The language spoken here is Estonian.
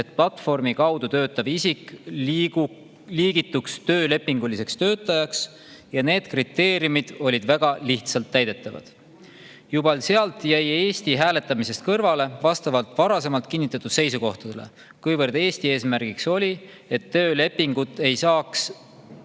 et platvormi kaudu töötav isik liigituks töölepinguliseks töötajaks, ja need kriteeriumid olid väga lihtsalt täidetavad. Juba sellest hääletusest jäi Eesti kõrvale vastavalt varasemalt kinnitatud seisukohtadele, kuivõrd Eesti eesmärk oli, et töölepingut ei eeldataks